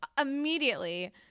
immediately